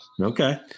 Okay